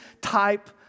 type